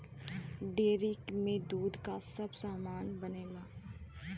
dairy में दूध क सब सामान बनेला